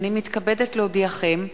הנני מתכבדת להודיעכם,